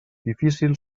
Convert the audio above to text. difícil